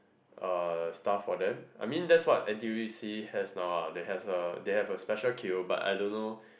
uh stuff for them I mean that's what N_T_U_C has now ah they has a they have a special queue but I don't know